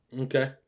Okay